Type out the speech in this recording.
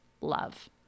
love